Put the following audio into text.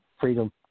Freedom